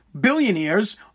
billionaires